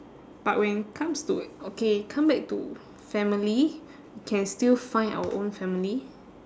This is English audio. but when it comes to okay come back to family can still find our own family